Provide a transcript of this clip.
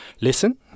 listen